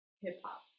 Hip-hop